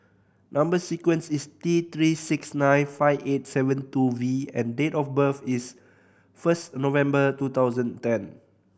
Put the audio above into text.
number sequence is T Three six nine five eight seven two V and date of birth is first November two thousand ten